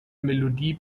melodie